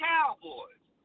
Cowboys